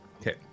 Okay